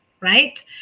right